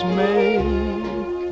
make